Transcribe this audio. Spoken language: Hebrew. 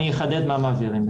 אני אחדד מה מעבירים.